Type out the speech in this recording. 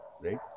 Right